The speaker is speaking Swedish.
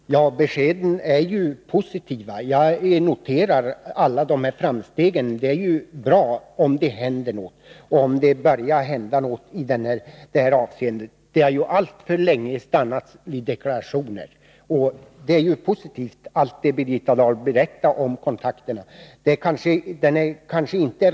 Herr talman! Dessa besked är ju positiva, och jag noterar framstegen. Det är bra om det börjar hända något påtagligt, för det har alltför länge stannat vid deklarationer. De kontakter som Birgitta Dahl nämnde är ju också något positivt.